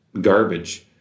garbage